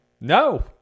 No